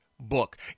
book